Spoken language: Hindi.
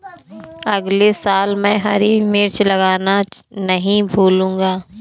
अगले साल मैं हरी मिर्च लगाना नही भूलूंगा